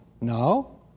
No